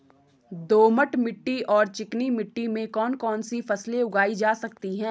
दोमट मिट्टी और चिकनी मिट्टी में कौन कौन सी फसलें उगाई जा सकती हैं?